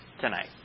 tonight